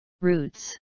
Roots